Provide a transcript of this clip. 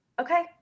Okay